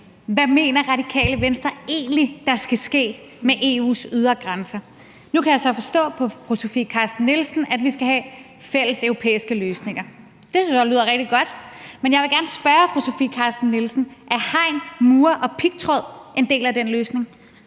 hvad Radikale Venstre egentlig mener der skal ske med EU's ydre grænser. Nu kan jeg så forstå på fru Sofie Carsten Nielsen, at vi skal have fælles europæiske løsninger, og det synes jeg jo lyder rigtig godt. Men jeg vil gerne spørge fru Sofie Carsten Nielsen: Er hegn, mure og pigtråd en del af den løsning?